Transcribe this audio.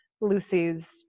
Lucy's